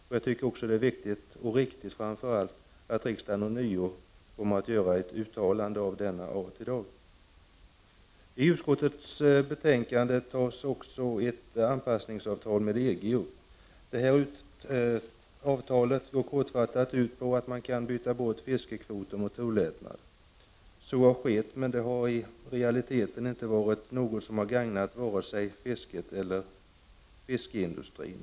Det är också viktigt — och framför allt riktigt — att riksdagen ånyo kommer att göra ett uttalande av denna art i dag. I utskottets betänkande tas anpassningsavtalet med EG upp. Detta avtal går kortfattat ut på att man kan byta bort fiskekvoter mot tullättnader. Så har skett, men det har i realiteten inte varit något som har gagnat vare sig fisket eller fiskeindustrin.